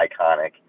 iconic